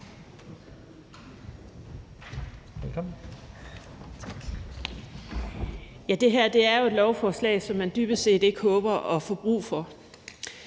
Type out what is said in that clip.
Det her er jo et lovforslag, som man dybest set håber ikke at få brug for,